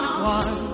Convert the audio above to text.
one